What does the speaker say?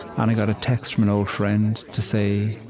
and i got a text from an old friend to say,